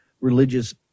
religious